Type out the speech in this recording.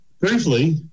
briefly